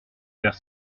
faire